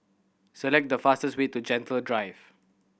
select the fastest way to Gentle Drive